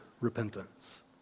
repentance